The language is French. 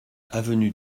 avenue